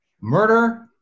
murder